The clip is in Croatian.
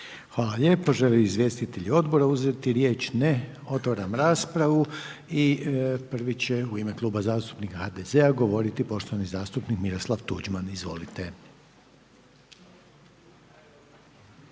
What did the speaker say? Hvala lijepa. Žele li izvjestitelji Odbora uzeti riječ? Ne. Otvaram raspravu i prvi će u ime Kluba zastupnika HDZ-a govoriti poštovani zastupnik Miroslav Tuđman. Izvolite.